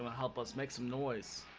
help us make some noise